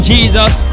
Jesus